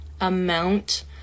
amount